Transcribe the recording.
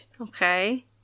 Okay